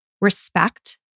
respect